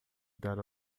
dar